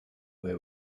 way